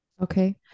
Okay